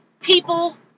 People